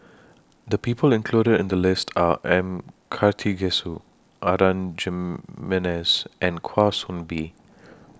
The People included in The list Are M Karthigesu Adan Jimenez and Kwa Soon Bee